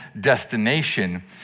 destination